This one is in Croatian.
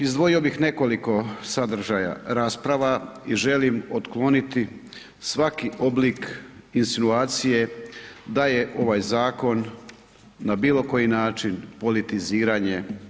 Izdvojio bih nekoliko sadržaja rasprava i želim otkloniti svaki oblik insinuacije da je ovaj zakon na bilo koji način politiziranje.